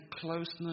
closeness